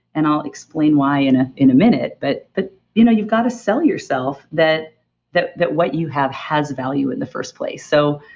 and i'll explain why in ah in a minute. but but you know you've got to sell yourself that that what you have has value in the first place. so,